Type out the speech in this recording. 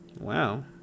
Wow